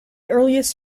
earliest